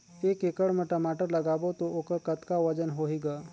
एक एकड़ म टमाटर लगाबो तो ओकर कतका वजन होही ग?